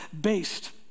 based